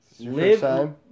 Live